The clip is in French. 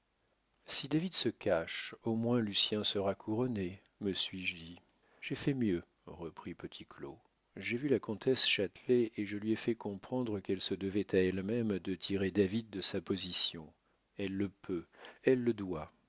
si david se cache au moins lucien sera couronné me suis-je dit j'ai fait mieux reprit petit claud j'ai vu la comtesse châtelet et je lui ai fait comprendre qu'elle se devait à elle-même de tirer david de sa position elle le peut elle le doit